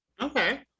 Okay